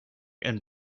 and